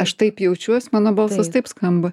aš taip jaučiuos mano balsas taip skamba